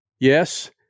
Yes